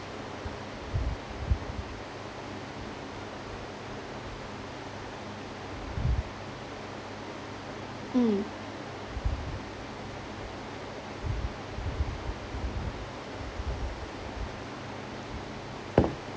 mm